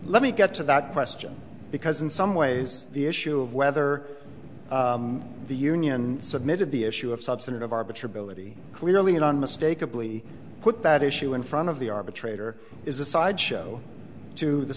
let me get to that question because in some ways the issue of whether the union submitted the issue of substantive arbiter ability clearly an unmistakeable e put that issue in front of the arbitrator is a sideshow to the